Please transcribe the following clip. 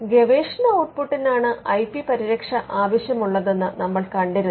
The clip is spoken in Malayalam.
ഗവേഷണ ഔട്ട്പുട്ടിനാണ് ഐ പി പരിരക്ഷ ആവശ്യമുള്ളതെന്ന് നമ്മൾ കണ്ടിരുന്നു